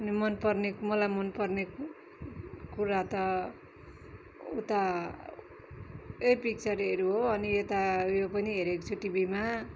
अनि मनपर्ने मलाई मनपर्ने कुरा त उता यही पिक्चरहरू हो अनि यता उयो पनि हेरेको छु टिभीमा